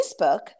Facebook